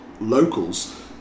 locals